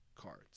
cards